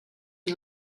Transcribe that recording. and